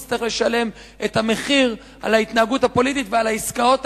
נצטרך לשלם את המחיר על ההתנהגות הפוליטית ועל העסקאות